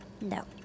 No